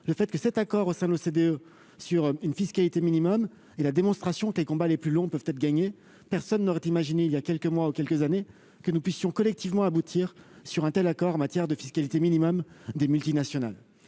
dire que cet accord conclu au sein de l'OCDE sur une fiscalité minimale est la démonstration que les combats les plus longs peuvent être gagnés ; personne n'aurait imaginé, voilà quelques mois ou quelques années, que nous puissions collectivement aboutir à un tel accord sur la fiscalité minimale imposée aux multinationales.